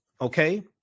okay